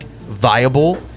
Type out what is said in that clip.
viable